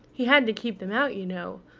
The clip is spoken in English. he had to keep them out, you know.